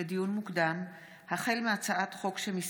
לדיון מוקדם החל בהצעת חוק